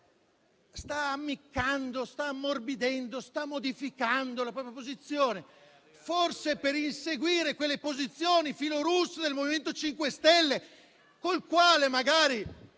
sta ammiccando, sta ammorbidendo, sta modificando la propria posizione, forse per inseguire quelle posizioni filorusse del MoVimento 5 Stelle, col quale magari